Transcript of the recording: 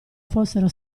fossero